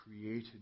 created